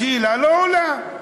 השאלה לא עולה.